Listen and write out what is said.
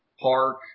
Park –